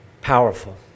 powerful